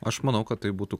aš manau kad tai būtų